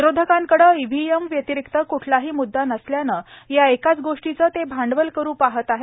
विरोधकांकड EVM व्यतिरिक्त कुठलाही मुददा नसल्यानं या एकाच गोष्टीचं ते आंडवल करू पाहत आहेत